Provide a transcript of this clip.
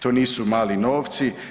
To nisu mali novci.